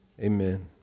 Amen